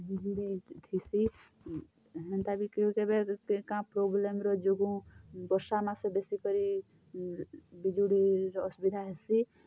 ବିଜୁଳି ଥିସି ହେନ୍ତା ବି କେବେ କେବେ କେଁ ପ୍ରୋବ୍ଲମ୍ର ଯୋଗୁଁ ବର୍ଷା ମାସେ ବେଶୀ କରି ବିଜୁଳିର ଅସୁବିଧା ହେସି